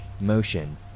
motion